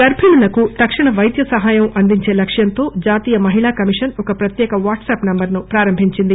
గర్బిణులకు తక్షణ వైద్య సహాయం అందించే లక్ష్యంతో జాతీయ మహిళా కమిషన్ ఒక ప్రత్యేక వాట్స్ అప్ నంబర్ ను ప్రారంభించింది